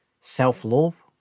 self-love